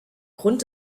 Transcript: grund